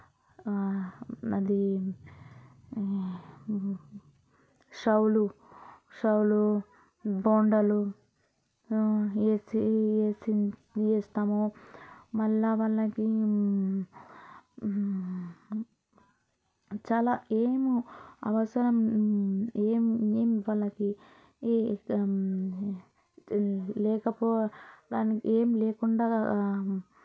అది సౌలు సౌలు బోండాలు వేసి వేసి వేస్తాము మళ్ళా వాళ్ళకి చాలా ఏమో అవసరం ఏం ఏం వాళ్ళకి ఏం లేకపోవడానికి ఏం లేకుండా